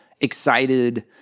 excited